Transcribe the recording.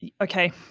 Okay